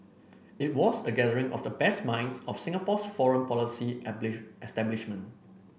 it was a gathering of the best minds of Singapore's foreign policy establishment